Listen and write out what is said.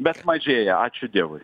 bet mažėja ačiū dievui